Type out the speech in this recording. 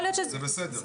זה בסדר.